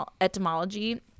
etymology